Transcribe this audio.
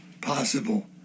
possible